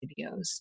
videos